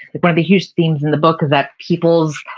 it's one of the huge things in the book is that people's,